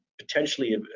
potentially